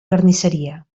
carnisseria